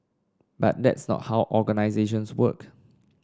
but that's not how organisations work